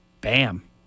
Bam